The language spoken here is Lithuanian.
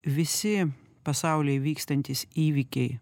visi pasaulyje vykstantys įvykiai